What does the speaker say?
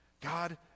God